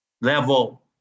Level